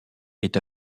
est